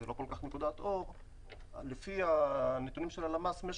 לפי הנתונים של הלמ"ס,